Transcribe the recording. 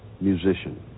musician